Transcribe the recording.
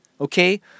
okay